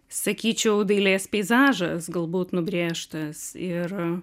sakyčiau dailės peizažas galbūt nubrėžtas ir